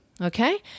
okay